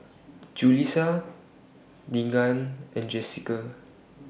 Julissa Deegan and Jessica